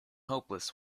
hopeless